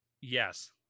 Yes